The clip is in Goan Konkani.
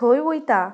थंय वयतां